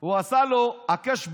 הוא עשה לו הקש